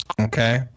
Okay